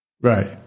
Right